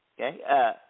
okay